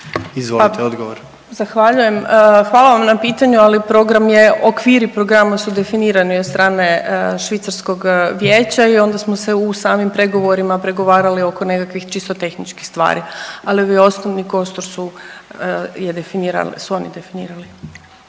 Spomenka** Zahvaljujem. Hvala vam na pitanju, ali program je, okviri programa su definirani od strane švicarskog vijeća i onda smo se u samim pregovorima pregovarali oko nekakvih čisto tehničkih stvari, ali ovaj osnovi kostur je definiran,